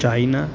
China